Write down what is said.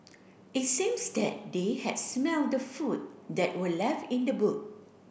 it seems that they had smell the food that were left in the boot